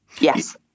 Yes